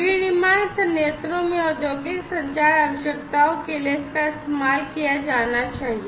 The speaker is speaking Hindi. विनिर्माण संयंत्रों में औद्योगिक संचार आवश्यकताओं के लिए इसका इस्तेमाल किया जाना चाहिए